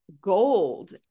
gold